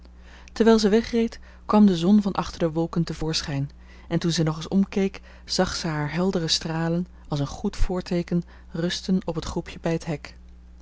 terwijl ze wegreed kwam de zon van achter de wolken te voorschijn en toen zij nog eens omkeek zag ze haar heldere stralen als een goed voorteeken rusten op het groepje bij het hek